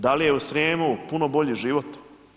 Da li je u Srijemu puno bolji život?